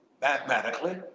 mathematically